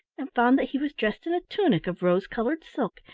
and found that he was dressed in a tunic of rose-colored silk,